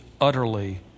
utterly